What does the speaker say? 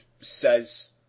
says